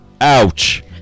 Ouch